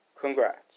Congrats